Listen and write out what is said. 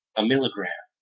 milligram